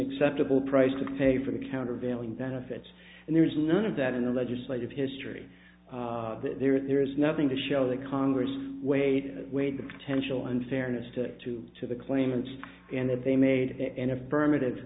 acceptable price to pay for the countervailing benefits and there is none of that in the legislative history that there is nothing to show that congress wait wait the potential unfairness to to to the claimants and that they made an affirmative